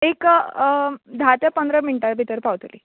एक धा ते पंदरा मिण्टा भितर पावतली